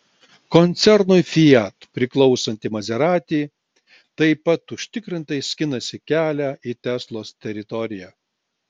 koncernui fiat priklausanti maserati taip pat užtikrintai skinasi kelią į teslos teritoriją